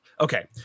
Okay